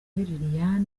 liliane